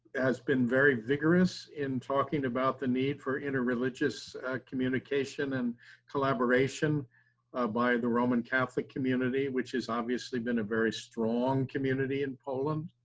has been very vigorous in talking about the need for interreligious communication and collaboration via the roman catholic community, which has obviously been a very strong community in poland.